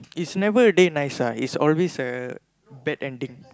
is never a day nice ah is always a bad ending